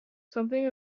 something